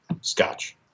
scotch